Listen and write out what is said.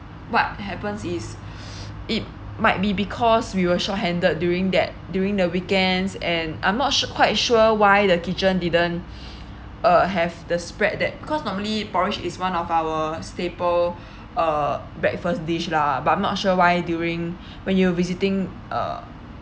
what happen is it might be because we were short handed during that during the weekend and I'm not su~ quite sure why the kitchen didn't uh have the spread that because normally porridge is one of our staple uh breakfast dish lah but I'm not sure why during when you visiting uh